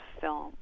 film